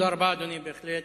בהחלט.